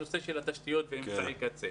נושא התשתיות ואמצעי הקצה.